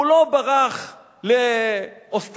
הוא לא ברח לאוסטרליה.